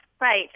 Right